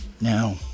Now